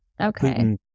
Okay